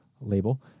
label